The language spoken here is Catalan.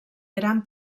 gran